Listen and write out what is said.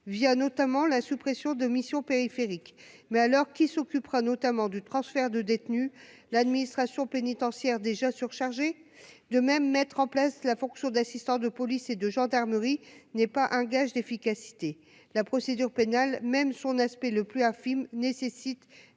via notamment la suppression de missions périphériques mais alors qui s'occupera notamment du transfert de détenus, l'administration pénitentiaire, déjà surchargés de même mettre en place la fonction d'assistant de police et de gendarmerie n'est pas un gage d'efficacité, la procédure pénale, même son aspect le plus infime nécessite